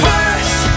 First